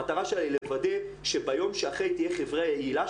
המטרה שלה היא לוודא שביום שאחרי תהיה חברה יעילה,